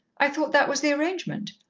i thought that was the arrangement.